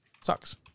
sucks